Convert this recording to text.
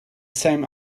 same